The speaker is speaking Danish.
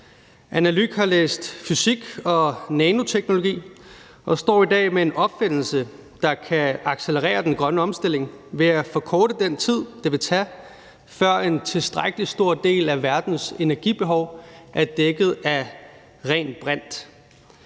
har læst fysik og nanoteknologi og står i dag med en opfindelse, der kan accelerere den grønne omstilling ved at forkorte den tid, det vil tage, før en tilstrækkelig stor del af verdens energibehov er dækket af ren brint.